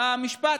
היה משפט,